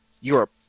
Europe